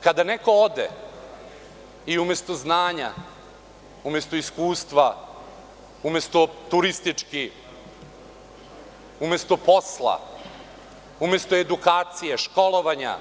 Kada neko ode i umesto znanja, umesto iskustva, umesto turistički, umesto posla, umesto edukacije, školovanja,